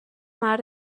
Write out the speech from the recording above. مرد